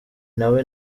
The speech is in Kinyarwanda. nawe